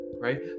right